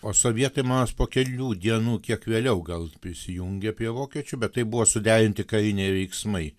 o sovietai man rodos po kelių dienų kiek vėliau gal prisijungė prie vokiečių bet tai buvo suderinti kariniai veiksmai